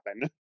happen